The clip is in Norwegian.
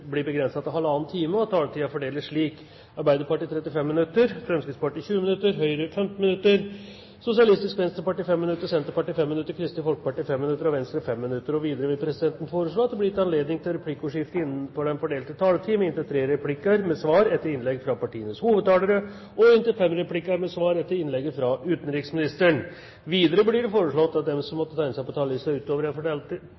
blir begrenset til 1 time og 30 minutter, og at taletiden fordeles slik: Arbeiderpartiet 35 minutter, Fremskrittspartiet 20 minutter, Høyre 15 minutter, Sosialistisk Venstreparti 5 minutter, Senterpartiet 5 minutter, Kristelig Folkeparti 5 minutter og Venstre 5 minutter. Videre vil presidenten foreslå at det blir gitt anledning til replikkordskifte med inntil tre replikker med svar etter innlegg fra partienes hovedtalere og inntil fem replikker med svar etter innlegget fra utenriksministeren innenfor den fordelte taletid. Videre blir det foreslått at de som